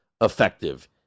effective